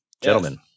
Gentlemen